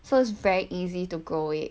so it's very easy to grow it